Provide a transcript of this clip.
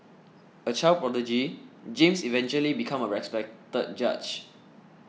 a child prodigy James eventually become a respected judge